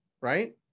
Right